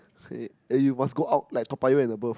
eh and you must go out like Toa-Payoh and above